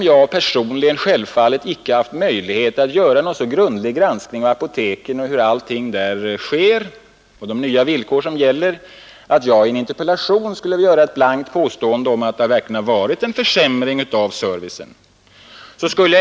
Jag personligen har självfallet inte haft möjlighet att göra en så grundlig granskning av apoteken och de nya villkor som gäller för deras verksamhet att jag i en interpellation skulle kunna göra ett blankt påstående om att det skett en försämring av servicen.